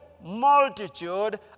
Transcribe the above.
multitude